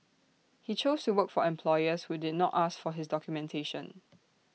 he chose to work for employers who did not ask for his documentation